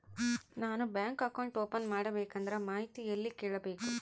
ನಾನು bank account open ಮಾಡಬೇಕಂದ್ರ ಮಾಹಿತಿ ಎಲ್ಲಿ ಕೇಳಬೇಕು?